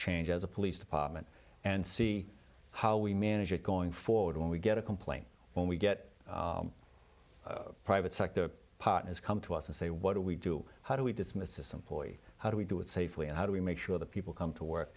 change as a police department and see how we manage it going forward when we get a complaint when we get private sector partners come to us and say what do we do how do we dismiss a simple how do we do it safely and how do we make sure that people come to work